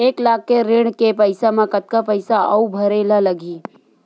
एक लाख के ऋण के पईसा म कतका पईसा आऊ भरे ला लगही?